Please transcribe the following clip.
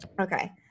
Okay